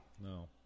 no